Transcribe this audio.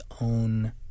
own